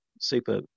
super